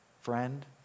friend